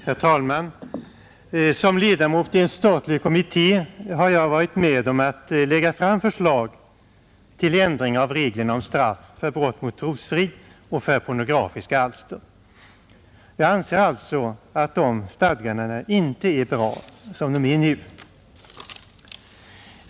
Herr talman! Som ledamot av en statlig kommitté har jag varit med om att lägga fram förslag till ändring av reglerna om straff för brott mot trosfrid och för pornografiska alster. Jag anser alltså att dessa stadganden inte är bra som de är nu.